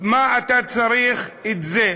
מה אתה צריך את זה?